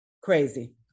crazy